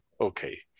Okay